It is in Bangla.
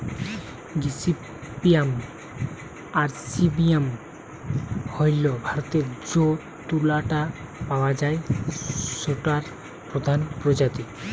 গসিপিয়াম আরবাসিয়াম হইল ভারতরে যৌ তুলা টা পাওয়া যায় সৌটার প্রধান প্রজাতি